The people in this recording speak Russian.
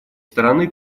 стороны